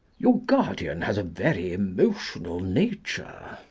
your guardian has a very emotional nature.